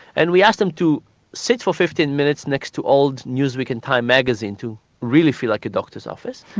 and we asked them to sit for fifteen minutes next to old newsweek and time magazines to really feel like a doctors office.